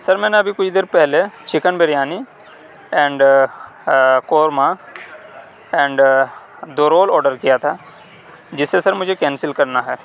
سر میں نے ابھی کچھ دیر پہلے chicken biryani and korma and دو رول آڈر کیا تھا جسے سر مجھے کینسل کرنا ہے